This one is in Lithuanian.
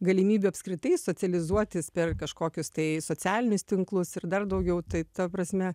galimybių apskritai socializuotis per kažkokius tai socialinius tinklus ir dar daugiau tai ta prasme